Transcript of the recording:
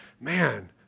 Man